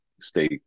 stay